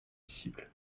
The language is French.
disciple